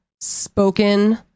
spoken